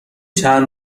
چند